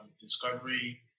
discovery